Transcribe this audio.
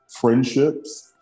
friendships